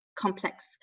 complex